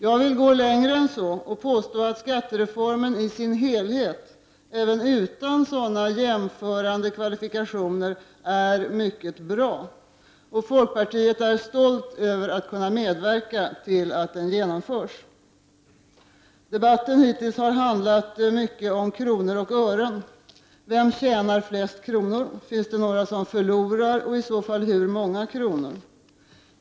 Jag vill gå längre än så och påstå att skattereformen i sin helhet — även utan sådana jämförande kvalifikationer — är mycket bra. Folkpartiet är stolt över att kunna medverka till att den genomförs. Debatten hittills har handlat mycket om kronor och ören. Vem tjänar flest kronor, finns det några som förlorar och i så fall hur många kronor?